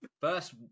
first